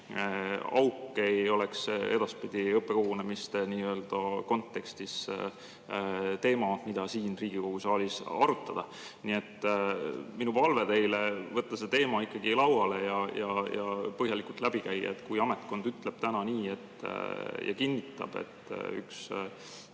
auk ei oleks edaspidi õppekogunemiste kontekstis teema, mida siin Riigikogu saalis arutada. Nii et minu palve teile on võtta see teema ikkagi lauale ja põhjalikult läbi käia. Kui ametkond ütleb täna nii ja kinnitab, et üks